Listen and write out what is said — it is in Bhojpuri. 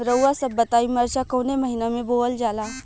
रउआ सभ बताई मरचा कवने महीना में बोवल जाला?